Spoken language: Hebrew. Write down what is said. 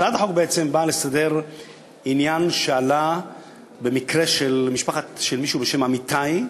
הצעת החוק באה לסדר עניין שעלה במקרה של מישהו בשם אמיתַי.